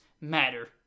matter